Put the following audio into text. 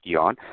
on